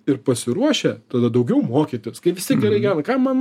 ir pasiruošę tada daugiau mokytis kai visi gerai gyvena kam man